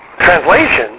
translation